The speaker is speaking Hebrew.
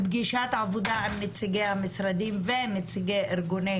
פגישת עבודה עם נציגי המשרדים ונציגי ארגוני